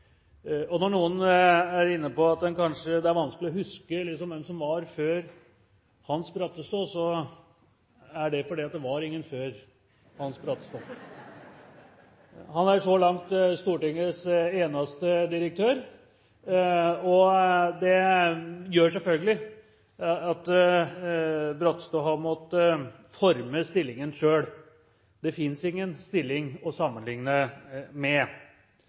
direktør. Når noen er inne på at det er vanskelig å huske hvem som var før Hans Brattestå, så er det fordi det ikke var noen før Hans Brattestå. Han er så langt Stortingets eneste direktør, og det gjør selvfølgelig at Brattestå har måttet forme stillingen selv. Det fins ingen stilling å sammenligne med.